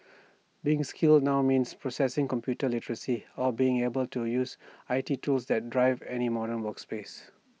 being skilled now means possessing computer literacy or being able to use I T tools that drive any modern workplace